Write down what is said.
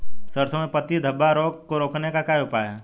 सरसों में पत्ती धब्बा रोग को रोकने का क्या उपाय है?